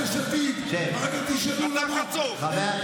יש עתיד, אחר כך תשאלו למה, שנלך איתכם.